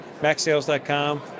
MaxSales.com